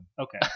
Okay